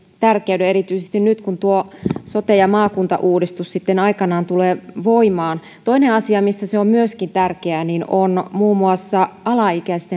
tärkeyden erityisesti nyt kun tuo sote ja maakuntauudistus sitten aikanaan tulee voimaan toinen asia missä se on myöskin tärkeä on alaikäiset